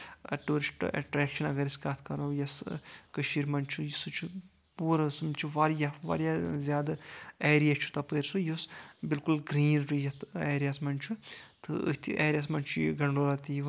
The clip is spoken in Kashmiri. ٹیوٗرِسٹ ایٚٹریٚکشن اَگر أسۍ کَتھ کَرو یۄس کٔشیٖر منٛز چھُ سُہ چھُ پوٗرٕ یِم چھِ واریاہ واریاہ زیادٕ ایریا چھُ تپٲرۍ سُہ یُس بِالکُل گریٖنری یَتھ ایریاہَس منٛز چھُ أتھۍ ایریاہَس منٛز چھُ یہِ گنٛڈولا تہِ یِوان